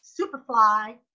Superfly